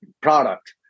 product